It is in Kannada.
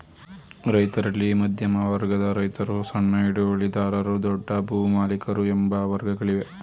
ರೈತರಲ್ಲಿ ಮಧ್ಯಮ ವರ್ಗದ ರೈತರು, ಸಣ್ಣ ಹಿಡುವಳಿದಾರರು, ದೊಡ್ಡ ಭೂಮಾಲಿಕರು ಎಂಬ ವರ್ಗಗಳಿವೆ